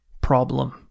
problem